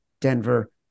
Denver